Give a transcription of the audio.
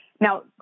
Now